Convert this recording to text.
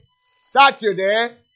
Saturday